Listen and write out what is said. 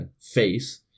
face